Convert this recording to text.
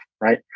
right